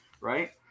right